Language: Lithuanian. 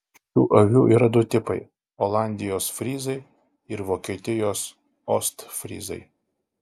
šių avių yra du tipai olandijos fryzai ir vokietijos ostfryzai